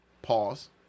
Pause